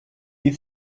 you